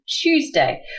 Tuesday